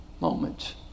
moments